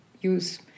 use